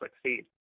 succeed